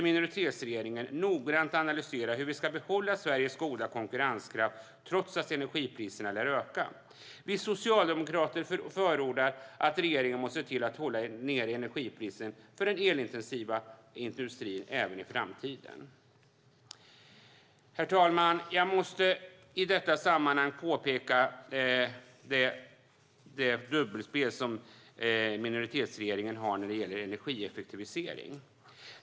Minoritetsregeringen måste noggrant analysera hur vi ska behålla Sveriges goda konkurrenskraft trots att energipriserna lär öka. Vi socialdemokrater förordar att regeringen ska se till att hålla nere energipriset för den elintensiva industrin även i framtiden. Herr talman! Jag måste i detta sammanhang påpeka minoritetsregeringens dubbelspel när det gäller energieffektivisering.